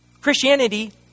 Christianity